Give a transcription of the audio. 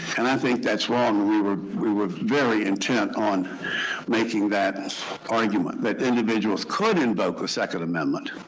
and i think that's wrong. and we were were very intent on making that argument, that individuals could invoke the second amendment.